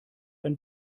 ein